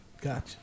Gotcha